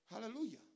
Hallelujah